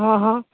અહં હં